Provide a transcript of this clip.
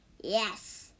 Yes